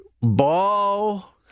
Ball